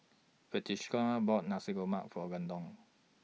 Frederica bought Nasi Lemak For Londyn